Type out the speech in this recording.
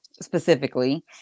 specifically